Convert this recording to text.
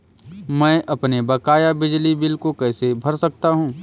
मैं अपने बकाया बिजली बिल को कैसे भर सकता हूँ?